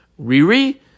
riri